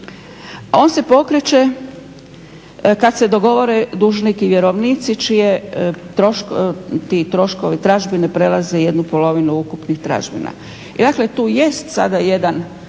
On se pokreće kad se dogovore dužnik i vjerovnici, čiji ti troškovi, tražbine prelaze jednu polovinu ukupnih tražbina. I dakle, tu jest sada jedan,